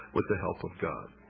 with the help of god!